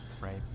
right